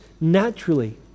naturally